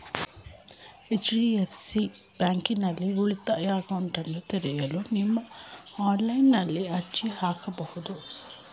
HDFC ಬ್ಯಾಂಕ್ನಲ್ಲಿ ಉಳಿತಾಯ ಅಕೌಂಟ್ನನ್ನ ತೆರೆಯಲು ನೀವು ಆನ್ಲೈನ್ನಲ್ಲಿ ಅರ್ಜಿ ಹಾಕಬಹುದು